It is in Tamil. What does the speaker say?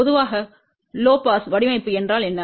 பொதுவாக குறைந்த பாஸ் வடிவமைப்பு என்றால் என்ன